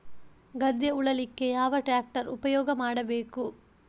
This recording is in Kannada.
ಗದ್ದೆ ಉಳಲಿಕ್ಕೆ ಯಾವ ಟ್ರ್ಯಾಕ್ಟರ್ ಉಪಯೋಗ ಮಾಡಬೇಕು?